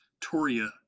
Toria